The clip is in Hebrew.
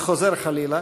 וחוזר חלילה,